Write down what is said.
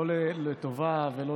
לא לטובה ולא